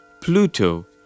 Pluto